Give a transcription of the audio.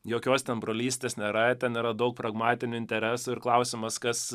jokios ten brolystės nėra ten yra daug pragmatinių interesų ir klausimas kas